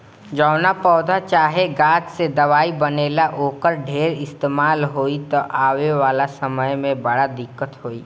जवना पौधा चाहे गाछ से दवाई बनेला, ओकर ढेर इस्तेमाल होई त आवे वाला समय में बड़ा दिक्कत होई